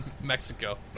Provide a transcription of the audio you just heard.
Mexico